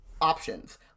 options